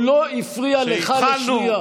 הוא לא הפריע לך לשנייה.